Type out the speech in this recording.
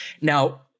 Now